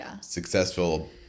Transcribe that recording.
successful